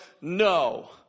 no